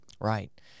Right